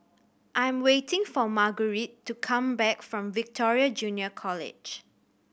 I am waiting for Margurite to come back from Victoria Junior College